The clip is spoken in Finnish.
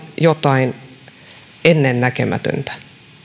jotain aivan ennennäkemätöntä